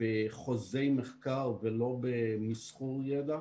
בחוזי מחקר ולא במסחור ידע.